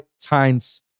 times